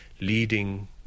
leading